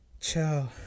ciao